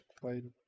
Played